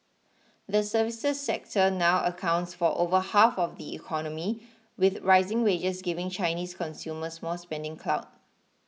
the services sector now accounts for over half of the economy with rising wages giving Chinese consumers more spending clout